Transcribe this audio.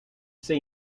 see